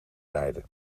rijden